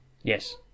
Yes